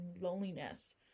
loneliness